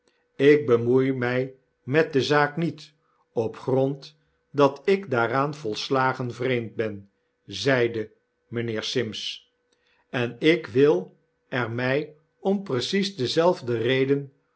ik bemoei my met de zaak niet op grond dat ik daaraan volslagen vreemd ben zeide mynheer sims en ik wil er mij om precies dezelfde reden